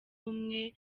umwe